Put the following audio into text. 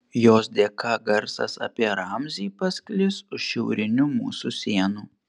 jos dėka garsas apie ramzį pasklis už šiaurinių mūsų sienų